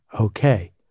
okay